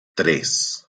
tres